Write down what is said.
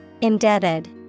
Indebted